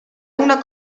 una